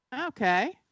Okay